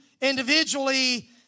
individually